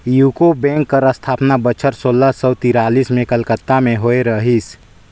UCO bank कर असथापना बछर सोला सव तिरालिस में कलकत्ता में होए रहिस